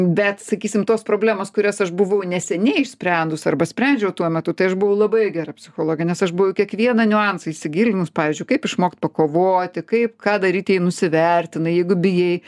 bet sakysim tos problemos kurias aš buvau neseniai išsprendus arba sprendžiau tuo metu tai aš buvau labai gera psichologė nes aš buvau į kiekvieną niuansą įsigilinus pavyzdžiui kaip išmokt pakovoti kaip ką daryti jei nusivertina jeigu bijai